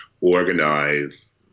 organize